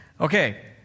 Okay